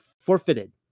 forfeited